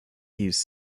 use